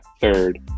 third